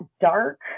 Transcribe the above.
dark